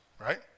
right